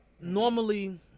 normally